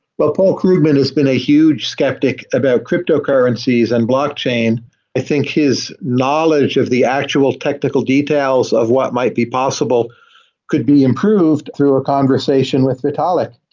well, paul krugman is been a huge skeptic about cryptocurrencies and blockchain. i think his knowledge of the actual technical details of what might be possible could be improved through a conversation with vitalik.